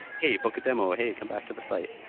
hey, book a demo. hey, come back to the site.